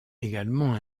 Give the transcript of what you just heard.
également